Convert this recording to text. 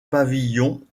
pavillon